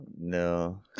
No